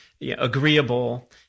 agreeable